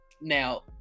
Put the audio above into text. Now